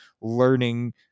learning